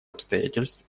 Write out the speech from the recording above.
обстоятельств